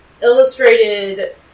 Illustrated